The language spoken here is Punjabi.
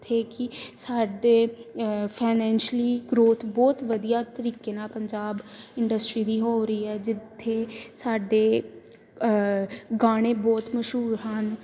ਜਿੱਥੇ ਕਿ ਸਾਡੇ ਫਾਈਨੈਂਸ਼ਲੀ ਗ੍ਰੋਥ ਬਹੁਤ ਵਧੀਆ ਤਰੀਕੇ ਨਾਲ ਪੰਜਾਬ ਇੰਡਸਟਰੀ ਦੀ ਹੋ ਰਹੀ ਹੈ ਜਿੱਥੇ ਸਾਡੇ ਗਾਣੇ ਬਹੁਤ ਮਸ਼ਹੂਰ ਹਨ